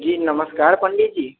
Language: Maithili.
जी नमस्कार पण्डीजी